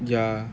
yeah